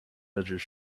edges